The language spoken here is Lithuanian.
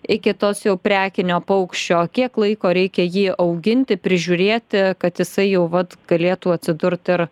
iki tos jau prekinio paukščio kiek laiko reikia jį auginti prižiūrėti kad jisai jau vat galėtų atsidurt ir